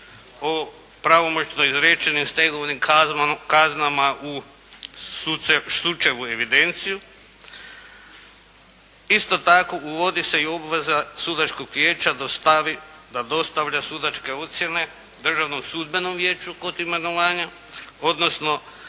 o pravomoćno izrečenim stegovnim kaznama u sučevu evidenciju. Isto tako uvodi se i obveza sudačkog vijeća dostavi, da dostavlja sudačke ocjene državnom sudbenom vijeću kod imenovanja, odnosno